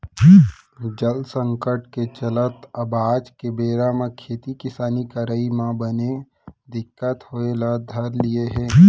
जल संकट के चलत अब आज के बेरा म खेती किसानी करई म बने दिक्कत होय ल धर लिये हे